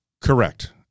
Correct